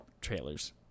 trailers